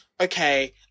okay